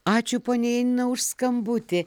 ačiū ponia janina už skambutį